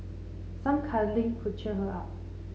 some cuddling could cheer her up